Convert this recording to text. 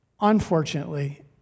unfortunately